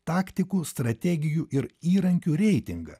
taktikų strategijų ir įrankių reitingą